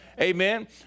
Amen